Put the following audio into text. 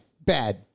bad